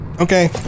Okay